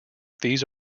these